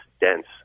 dense